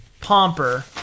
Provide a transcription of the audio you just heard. Pomper